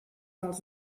els